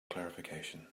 clarification